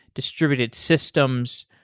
distributed systems,